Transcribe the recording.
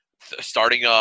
starting